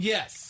Yes